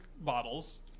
bottles